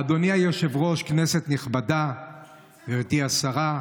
אדוני היושב-ראש, כנסת נכבדה, גברתי השרה,